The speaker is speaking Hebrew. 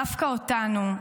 דווקא אותנו,